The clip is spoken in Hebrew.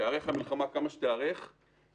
תיערך כמה שתיערך למלחמה,